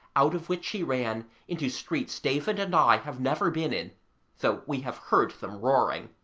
out of which she ran into streets david and i have never been in though we have heard them roaring,